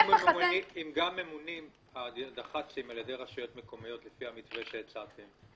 הם גם ממונים הדח"צים על ידי הרשויות המקומיות לפי המתווה שהצעתם.